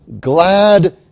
glad